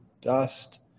dust